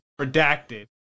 Redacted